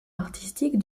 artistique